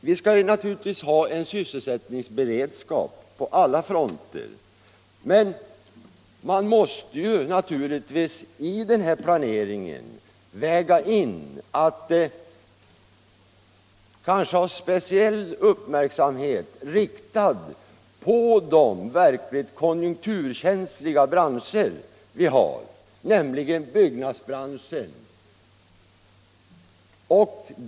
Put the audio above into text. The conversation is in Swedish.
Vi skall ha sysselsättningsberedskap på alla fronter, men vid planeringen måste man naturligtvis ha uppmärksamheten speciellt riktad på de verkligt konjunkturkänsliga branscherna och bland dem byggnads branschen.